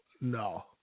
No